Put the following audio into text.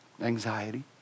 anxiety